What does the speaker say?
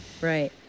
Right